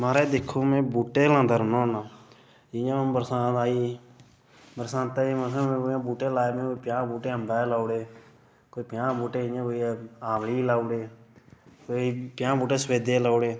माराज दिक्खो में बूह्टे लांदा रौह्न्ना होन्ना जि'यां हून बरसांत आई बरसांते गी मसां में हून कोई प'ञां बूह्टे अंबा दे लाई ओड़े कोई प'ञां बूहटे इ'यां कोई आंवली दे लाई ओड़े कोई प'ञां बूह्टे सफेदे दे लाई ओड़े